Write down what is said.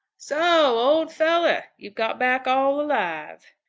so, old fellow, you've got back all alive.